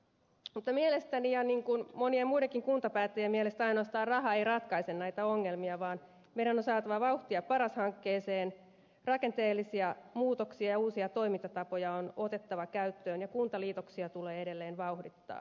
mutta mielestäni ja monien muidenkin kuntapäättäjien mielestä ainoastaan raha ei ratkaise näitä ongelmia vaan meidän on saatava vauhtia paras hankkeeseen rakenteellisia muutoksia ja uusia toimintatapoja on otettava käyttöön ja kuntaliitoksia tulee edelleen vauhdittaa